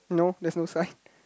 no there's no sign